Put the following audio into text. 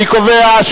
נא להצביע.